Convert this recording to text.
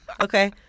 Okay